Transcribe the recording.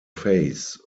face